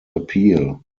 appeal